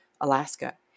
Alaska